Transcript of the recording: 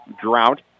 drought